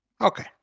Okay